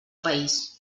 país